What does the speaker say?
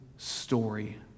story